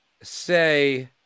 say